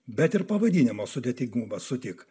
bet ir pavadinimo sudėtingumas sutik